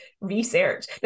research